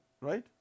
Right